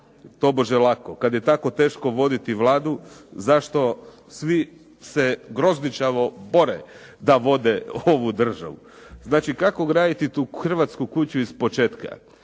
tobože lako. Kad je tako teško voditi Vladu zašto svi se grozničavo bore da vode ovu državu. Znači, kako graditi tu hrvatsku kuću iz početka?